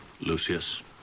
Lucius